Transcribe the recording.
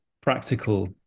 practical